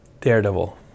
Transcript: Daredevil